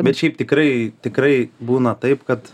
bet šiaip tikrai tikrai būna taip kad